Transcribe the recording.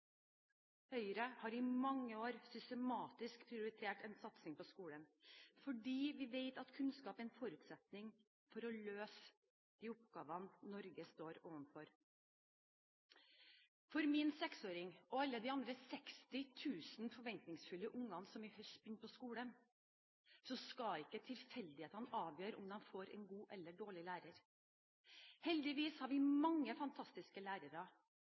Høyre har i mange år systematisk prioritert satsing på skolen, fordi vi vet at kunnskap er en forutsetning for å løse de oppgavene Norge står overfor. For min 6-åring og alle de andre 60 000 forventningsfulle ungene som i høst begynte på skolen, skal ikke tilfeldighetene avgjøre om de får en god eller dårlig lærer. Heldigvis har vi mange fantastiske lærere,